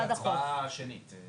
הצבעה בעד 5 נגד